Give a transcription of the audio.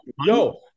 no